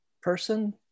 person